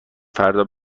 فردا